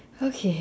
okay